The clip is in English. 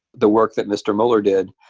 the work that mr. mueller did,